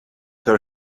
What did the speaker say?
her